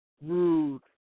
Rude